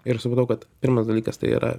ir supratau kad pirmas dalykas tai yra